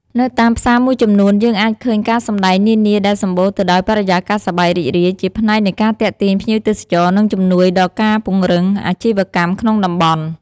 នៅតាមផ្សារមួយចំនួន យើងអាចឃើញការសំដែងនានាដែលសម្បូរទៅដោយបរិយាកាសសប្បាយរីករាយ ជាផ្នែកនៃការទាក់ទាញភ្ញៀវទេសចរ និងជំនួយដល់ការពង្រឹងអាជីវកម្មក្នុងតំបន់។